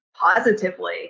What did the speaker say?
Positively